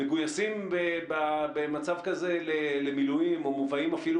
מגויסים במצב כזה למילואים או מובאים אפילו